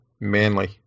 Manly